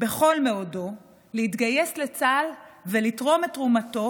בכל מאודו להתגייס לצה"ל ולתרום את תרומתו,